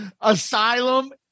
Asylum